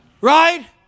right